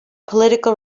political